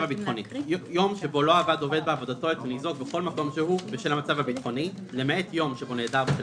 הביטחוני" יום שבו לא עבד" בעבר זה היה "יום שבו נעדר".